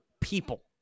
people